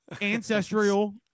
ancestral